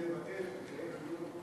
רק רציתי לבקש לקיים דיון,